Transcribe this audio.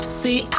see